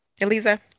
Eliza